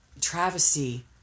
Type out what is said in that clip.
travesty